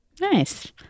Nice